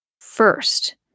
first